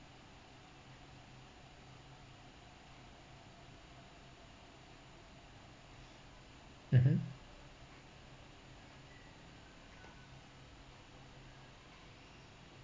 mmhmm